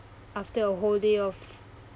after a whole day of